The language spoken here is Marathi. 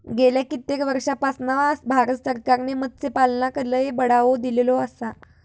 गेल्या कित्येक वर्षापासना भारत सरकारने मत्स्यपालनाक लय बढावो दिलेलो आसा